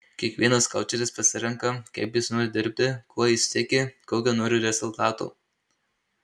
kiekvienas koučeris pasirenka kaip jis nori dirbti kuo jis tiki kokio nori rezultato